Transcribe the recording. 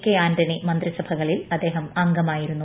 K Antony മന്ത്രിസഭകളിൽ അദ്ദേഹം അംഗമായിരുന്നു